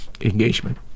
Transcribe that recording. engagement